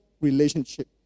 relationship